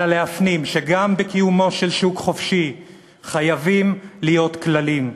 אלא להפנים שגם בקיומו של שוק חופשי חייבים להיות כללים,